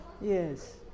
Yes